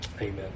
Amen